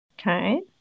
Okay